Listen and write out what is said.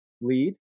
lead